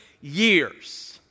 years